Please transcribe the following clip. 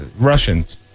Russians